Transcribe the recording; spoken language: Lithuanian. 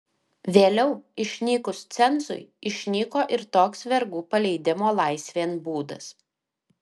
vėliau išnykus cenzui išnyko ir toks vergų paleidimo laisvėn būdas